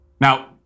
Now